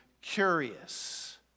curious